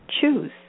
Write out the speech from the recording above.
choose